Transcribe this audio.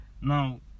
Now